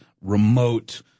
remote